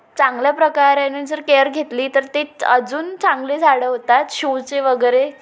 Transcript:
चांगल्या प्रकाराने जर केअर घेतली तर तेच अजून चांगली झाडं होतात शूचे वगैरे